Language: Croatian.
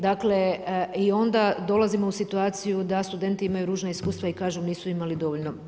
Dakle i onda dolazimo u situaciju da studenti imaju ružna iskustva i kažu nisu imali dovoljno.